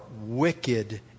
wicked